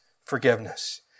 forgiveness